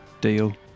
deal